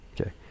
Okay